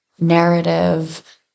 narrative